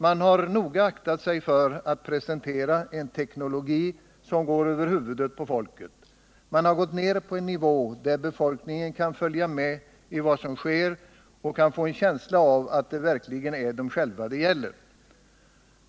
Man har noga aktat sig för att presentera en teknologi som går över huvudet på folket. Man har gått ned på en nivå där invånarna kan följa med i vad som sker och få en känsla av att det verkligen är dem själva det gäller.